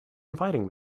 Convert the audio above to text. inviting